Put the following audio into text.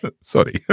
Sorry